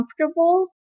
comfortable